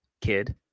kid